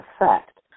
effect